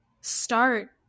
start